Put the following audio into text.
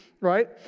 right